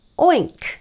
oink